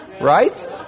right